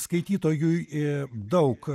skaitytojui i daug